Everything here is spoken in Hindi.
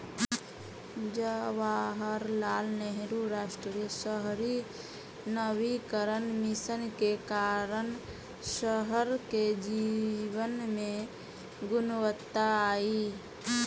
जवाहरलाल नेहरू राष्ट्रीय शहरी नवीकरण मिशन के कारण शहर के जीवन में गुणवत्ता आई